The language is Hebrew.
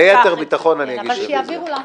ליתר ביטחון, אני אגיש רוויזיה.